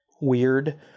weird